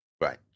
Right